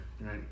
right